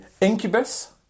Incubus